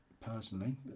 personally